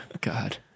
God